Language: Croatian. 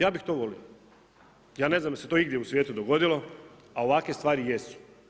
Ja bih to volio, ja ne znam da li se to igdje u svijetu dogodilo, ali ovakve stvari jesu.